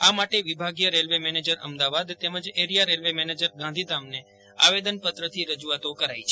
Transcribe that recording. આ માટે વિભાગીય રેલ્વે મેનજર અમદાવાદ તેમજ ઐરિયા રેલ્વે મેનેજર ગાંધીધામને આવેદનપત્રથી રજૂઆત કરાઇ હતી